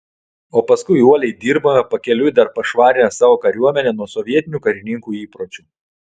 o paskui uoliai dirbome pakeliui dar pašvarinę savo kariuomenę nuo sovietinių karininkų įpročių